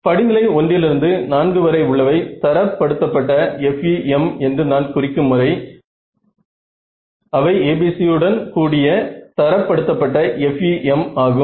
படிநிலை 1 லிருந்து 4 வரை உள்ளவை தரப் படுத்த பட்ட FEM என்று நான் குறிக்கும் வரை அவை ABC உடன் கூறிய தரப் படுத்த பட்ட FEM ஆகும்